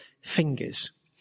fingers